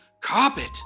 carpet